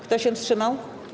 Kto się wstrzymał?